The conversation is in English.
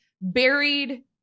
buried